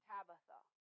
Tabitha